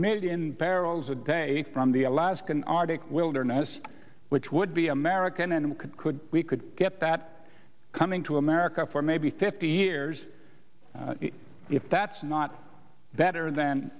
million barrels a day from the alaskan arctic wilderness which would be american and we could could we could get that coming to america for maybe fifty years if that's not